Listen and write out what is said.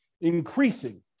increasing